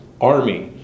army